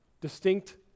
Distinct